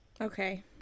okay